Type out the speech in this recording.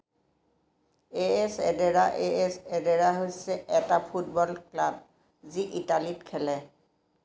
এ S এডেৰা A S এডেৰা হৈছে এটা ফুটবল ক্লাব যি ইটালীত খেলে